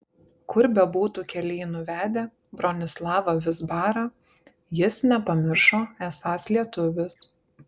kur bebūtų keliai nuvedę bronislavą vizbarą jis nepamiršo esąs lietuvis